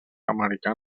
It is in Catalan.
americana